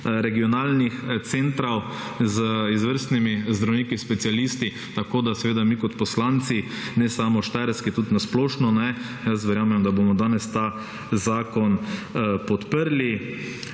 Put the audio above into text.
regionalnih centrov z izvrstnimi zdravniki specialisti, tako da seveda mi kot poslanci, ne samo Štajerski, tudi na splošno jaz verjamem, da bomo danes ta zakon podprli.